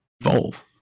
evolve